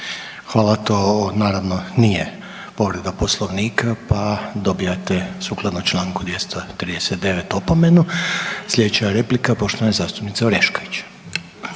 Hvala. To naravno nije povreda Poslovnika, pa dobijate sukladno čl. 239. opomenu. Slijedeća replika poštovane zastupnice Orešković.